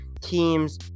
teams